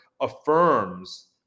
affirms